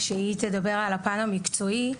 שהיא תדבר על הפן המקצועי.